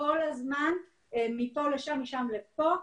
כל הזמן מפה לשם ומשם לפה.